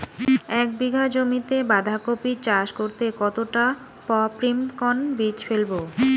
এক বিঘা জমিতে বাধাকপি চাষ করতে কতটা পপ্রীমকন বীজ ফেলবো?